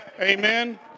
Amen